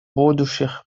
будущих